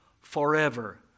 forever